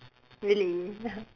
really